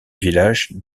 village